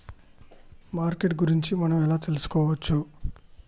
Marketing గురించి మనం ఎలా తెలుసుకోవచ్చు?